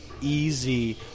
easy